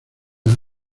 una